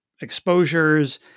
exposures